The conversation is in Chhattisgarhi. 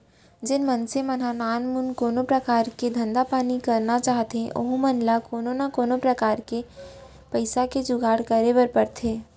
जेन मनसे मन नानमुन कोनो परकार के धंधा पानी करना चाहथें ओहू मन ल कोनो न कोनो प्रकार ले पइसा के जुगाड़ करे बर परथे